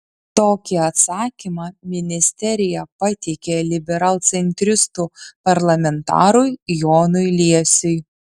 tokį atsakymą ministerija pateikė liberalcentristų parlamentarui jonui liesiui